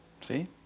See